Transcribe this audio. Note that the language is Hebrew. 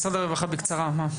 משרד הרווחה, בקצרה.